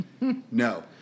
no